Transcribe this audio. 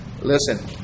listen